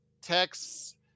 texts